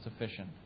sufficient